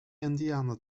indiana